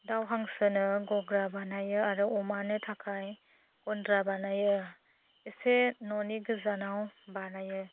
दाउ हांसोनो गग्रा बानायो आरो अमानो थाखाय गन्द्रा बानायो एसे न'नि गोजानाव बानायो